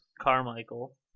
Carmichael